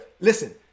listen